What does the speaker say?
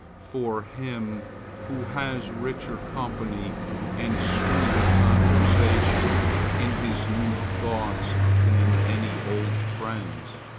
for him who has richer company and sweeter conversation in his new thoughts than any old friends,